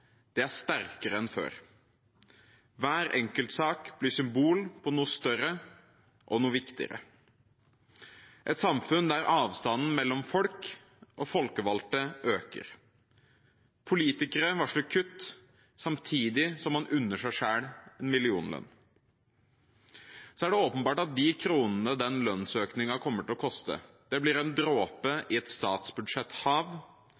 er sterkere enn før. Hver enkeltsak blir symbol på noe større og noe viktigere: et samfunn der avstanden mellom folk og folkevalgte øker. Politikere varsler kutt samtidig som man unner seg selv millionlønn. Så er det åpenbart at de kronene den lønnsøkningen kommer til å koste, blir en dråpe i et statsbudsjetthav, men symbolikken blir en